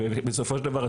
בסופו של דבר,